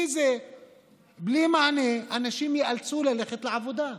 בלי מענה אנשים ייאלצו ללכת לעבודה.